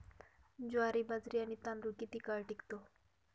ज्वारी, बाजरी आणि तांदूळ किती काळ टिकतो?